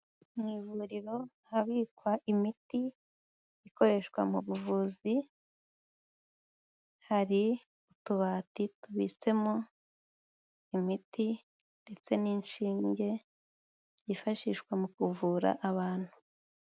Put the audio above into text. Mu ivuriro ahabikwa imiti ikoreshwa mu buvuzi, hari utubati tubitsemo imiti ndetse n'inshinge byifashishwa mu kuvura abantu.